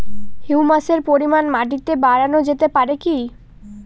হিউমাসের পরিমান মাটিতে বারানো যেতে পারে কি?